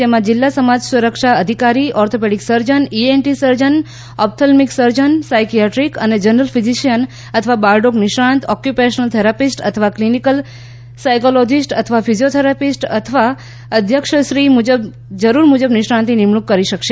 જેમાં જિલ્લા સમાજ સુરક્ષા અધિકારી orthopaedic surgeon ENT surgeon ophthalmic surgeon psychiatric અને જનરલ ક્રિઝિશિયન અથવા બાળરોગ નિષ્ણાત ઓક્વપેશનલ થેરાપિસ્ટ અથવા ક્લિનિકલ સાથકોલોજીસ્ટ અથવા ફિઝિયોથેરાપિસ્ટ તથા અધ્યક્ષશ્રી જરૂર મુજબ નિષ્ણાંતની નિમણૂક કરી શકશે